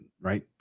Right